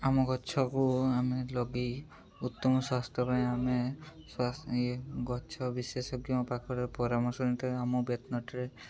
ଆମ ଗଛକୁ ଆମେ ଲଗାଇ ଉତ୍ତମ ସ୍ୱାସ୍ଥ୍ୟ ପାଇଁ ଆମେ ଗଛ ବିଶେଷଜ୍ଞ ପାଖରେ ପରାମର୍ଶ ନେଇଥାଉ ଆମ ବେତନଟିରେ